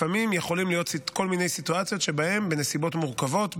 לפעמים יכולות להיות כל מיני סיטואציות שבהן בנסיבות מורכבות,